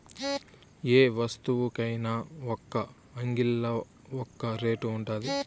యే వస్తువుకైన ఒక్కో అంగిల్లా ఒక్కో రేటు ఉండాది